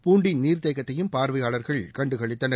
பூண்டி நீர்த்தேக்கத்தையும் பார்வையாளர்கள் கண்டுகளித்தனர்